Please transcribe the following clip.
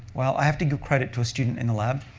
well, i have to give credit to a student in the lab,